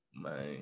man